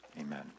Amen